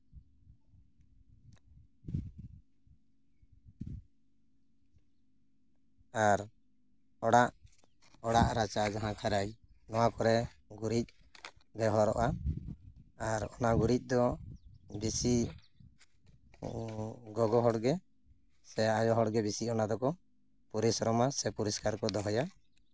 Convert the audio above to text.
ᱟᱨ ᱚᱲᱟᱜ ᱚᱲᱟᱜ ᱨᱟᱪᱟ ᱡᱟᱦᱟᱸ ᱠᱷᱟᱹᱨᱟᱹᱭ ᱱᱚᱣᱟ ᱠᱚᱨᱮ ᱜᱩᱨᱤᱡ ᱵᱮᱣᱦᱟᱨᱚᱜᱼᱟ ᱟᱨ ᱚᱱᱟ ᱜᱩᱨᱤᱡ ᱫᱚ ᱵᱤᱥᱤ ᱜᱚᱜᱚ ᱦᱚᱲᱜᱮ ᱥᱮ ᱟᱭᱳ ᱦᱚᱲᱜᱮ ᱵᱤᱥᱤ ᱚᱱᱟ ᱫᱚᱠᱚ ᱯᱚᱨᱤᱥᱨᱚᱢᱟ ᱥᱮ ᱯᱚᱨᱤᱥᱠᱟᱨ ᱠᱚ ᱫᱚᱦᱚᱭᱟ